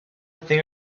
thing